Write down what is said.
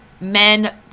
men